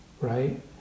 right